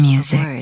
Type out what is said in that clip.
Music